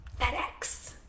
FedEx